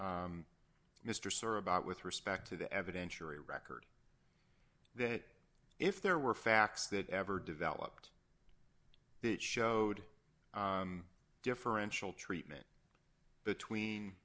mr sir about with respect to the evidentiary record that if there were facts that ever developed that showed a differential treatment between